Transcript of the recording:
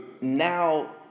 now